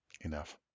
Enough